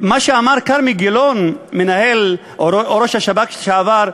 מה שאמר כרמי גילון, ראש השב"כ לשעבר,